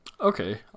Okay